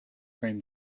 cream